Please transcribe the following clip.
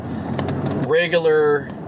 regular